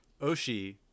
oshi